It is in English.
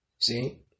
See